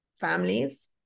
families